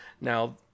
Now